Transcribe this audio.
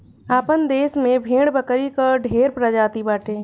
आपन देस में भेड़ बकरी कअ ढेर प्रजाति बाटे